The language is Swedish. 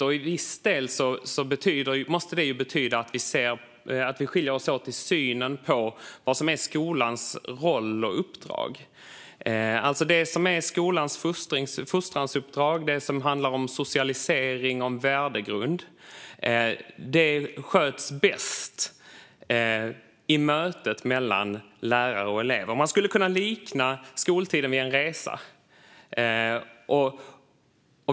Till viss del måste detta betyda att vi skiljer oss åt i synen på vad som är skolans roll och uppdrag. Det som är skolans fostransuppdrag - det som handlar om socialisering och om värdegrund - sköts bäst i mötet mellan lärare och elev. Skoltiden skulle kunna liknas vid en resa.